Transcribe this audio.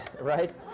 right